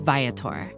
Viator